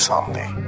Sunday